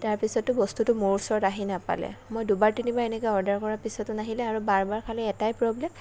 তাৰপিছতো বস্তুটো মোৰ ওচৰত আহি নাপালে মই দুবাৰ তিনিবাৰ এনেকৈ অৰ্ডাৰ কৰাৰ পিছতো নাহিলে আৰু বাৰ বাৰ খালী এটাই প্ৰব্লেম